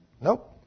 Nope